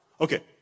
Okay